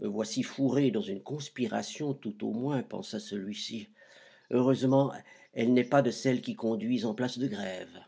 me voici fourré dans une conspiration tout au moins pensa celui-ci heureusement elle n'est pas de celles qui conduisent en place de grève